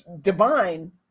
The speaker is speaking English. divine